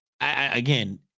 again